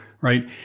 right